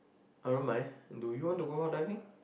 I don't mind do you want to go out diving